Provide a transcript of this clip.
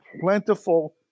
plentiful